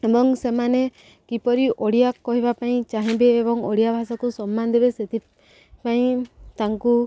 ଏବଂ ସେମାନେ କିପରି ଓଡ଼ିଆ କହିବା ପାଇଁ ଚାହିଁବେ ଏବଂ ଓଡ଼ିଆ ଭାଷାକୁ ସମ୍ମାନ ଦେବେ ସେଥିପାଇଁ ତାଙ୍କୁ